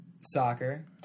soccer